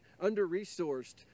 under-resourced